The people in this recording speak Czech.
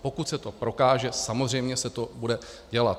Pokud se to prokáže, samozřejmě se to bude dělat.